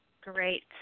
Great